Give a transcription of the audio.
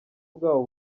bwabo